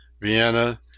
Vienna